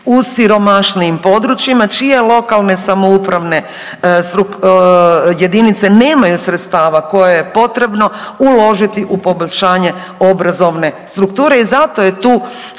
u siromašnijim područjima čije lokalne samoupravne jedinice nemaju sredstava koje je potrebno uložiti u poboljšanje obrazovne strukture. I zato je tu